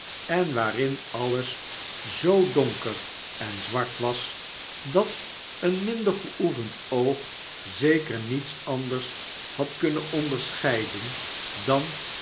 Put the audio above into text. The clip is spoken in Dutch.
en waarin alles zoo donker en zwart was dat een minder geoefend oog zeker niets anders had kunnen onderscheiden dan